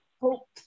hope